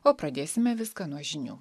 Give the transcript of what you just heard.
o pradėsime viską nuo žinių